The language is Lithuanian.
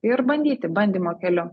ir bandyti bandymo keliu